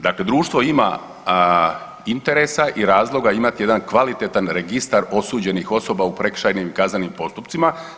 Dakle, društvo ima interesa i razloga imati jedan kvalitetan registar osuđenih osoba u prekršajnim, kaznenim postupcima.